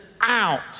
out